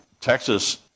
Texas